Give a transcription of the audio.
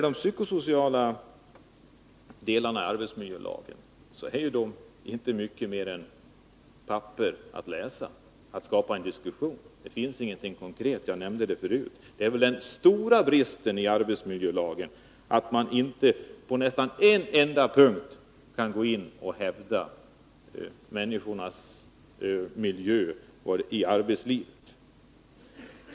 De psykosociala delarna av arbetsmiljölagen är inte mycket mer än papper att läsa och skapa en diskussion om. Det finns ingenting konkret i dem. Jag nämnde detta förut. Det är den stora bristen i arbetsmiljölagen att man inte på en enda punkt kan gå in och hävda människors miljö i arbetslivet.